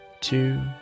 two